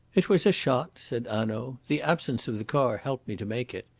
it was a shot, said hanaud. the absence of the car helped me to make it.